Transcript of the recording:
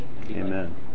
Amen